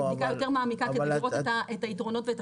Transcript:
בדיקה יותר מעמיקה כדי לראות את היתרונות ואת